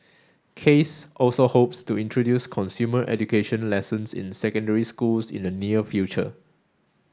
case also hopes to introduce consumer education lessons in secondary schools in the near future